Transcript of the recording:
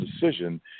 decision